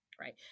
right